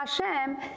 Hashem